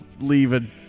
leaving